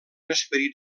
esperit